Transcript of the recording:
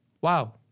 wow